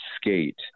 skate